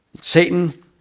Satan